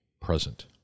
present